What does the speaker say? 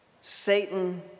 Satan